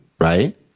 Right